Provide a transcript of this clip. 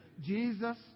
Jesus